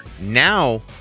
Now